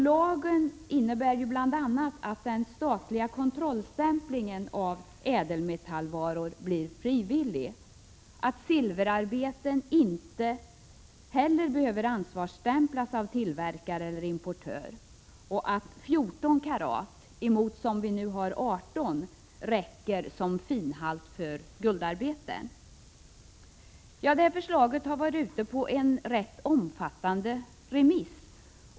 Lagen innebär bl.a. att den statliga kontrollstämplingen av ädelmetallvaror blir frivillig, att silverarbeten inte heller behöver ansvarsstämplas av tillverkare eller importör och att 14 karat — mot nu 18 — räcker som finhalt för guldarbeten. Lagförslaget har varit ute på en rätt omfattande remiss.